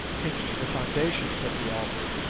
hinged to the foundations of the altar,